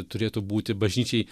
turėtų būti bažnyčiai